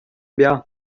bia